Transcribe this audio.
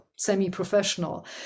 Semi-professional